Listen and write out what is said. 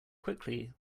quickly